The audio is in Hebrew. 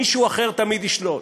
מישהו אחר תמיד ישלוט,